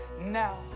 now